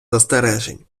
застережень